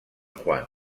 juan